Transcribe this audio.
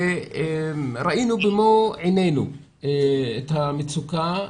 ראינו במו עינינו את המצוקה.